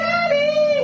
Daddy